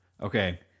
Okay